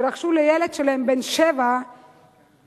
שרכשו לילד שלהם בן השבע אייפון.